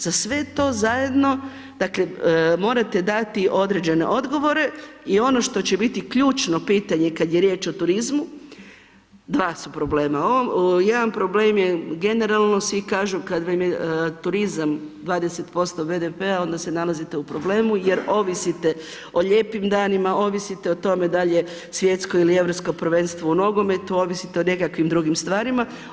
Za sve to zajedno, dakle morate dati određene odgovore i ono što će biti ključno pitanje kad je riječ o turizmu, dva su problema, jedan problem je generalno svi kažu kad nam je turizam 20% BDP-a onda se nalazite u problemu jer ovisite o lijepim danima, ovisite o tome da li je svjetsko ili europsko prvenstvo u nogometu, ovisite o nekakvim drugim stvarima.